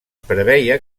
preveia